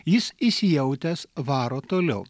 jis įsijautęs varo toliau